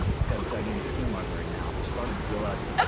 i've got a gigantic sting library now. i started to realize,